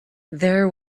there